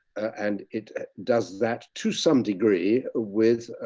and it does that to some degree with